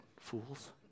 fools